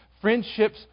Friendships